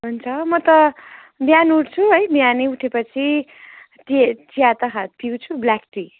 हुन्छ म त बिहान उठ्छु है बिहानै उठेपछि ते चिया त खा पिउँछु ब्ल्याक टी